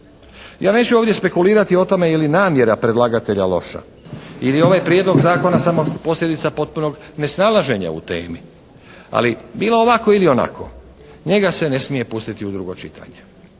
Ja neću ovdje spekulirati o tome je li namjera predlagatelja loša ili je ovaj Prijedlog zakona samo posljedica potpunog nesnalaženja u temi, ali bilo ovako ili onako njega se ne smije pustiti u drugo čitanje.